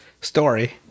Story